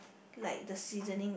like the seasoning